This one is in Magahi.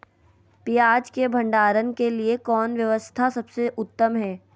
पियाज़ के भंडारण के लिए कौन व्यवस्था सबसे उत्तम है?